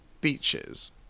Beaches